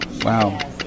Wow